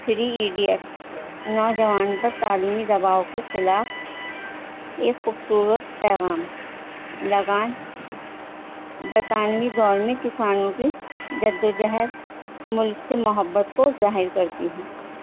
three idiots نوجوان پر تعلیمی دباؤ کے خلاف ایک خوبصورت پیغام لگان برطانوی دور میں کسانوں کی جد وجہد ملک سے محبت کو ظاہر کرتی ہے